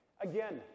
Again